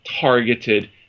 targeted –